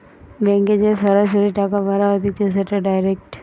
ব্যাংকে যে সরাসরি টাকা ভরা হতিছে সেটা ডাইরেক্ট